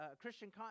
Christian